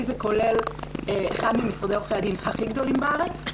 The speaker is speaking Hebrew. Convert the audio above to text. זה כולל את אחד ממשרדי עורכי הדין הכי גדולים בארץ,